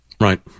Right